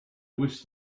wish